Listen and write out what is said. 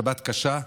שבת קשה.